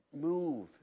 move